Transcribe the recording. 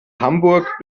hamburg